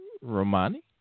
Romani